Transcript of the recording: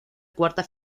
cuarta